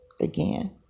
again